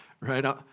right